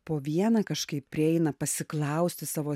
po vieną kažkaip prieina pasiklausti savo